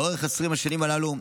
לאורך 20 השנים הללו,